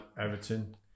Everton